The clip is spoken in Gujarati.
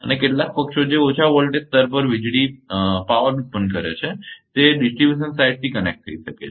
અને કેટલાક પક્ષો કે જે ઓછા વોલ્ટેજ સ્તર પર વીજળી ઉત્પન્ન કરે છે તે વિતરણ બાજુ થી કનેક્ટ થઈ શકે છે